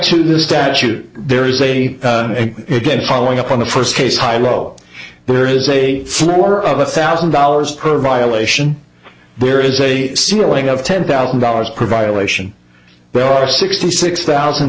to the statute there is a good following up on the first case hi lo there is a floor of a thousand dollars per violation there is a ceiling of ten thousand dollars per violation there are sixty six thousand